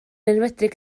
enwedig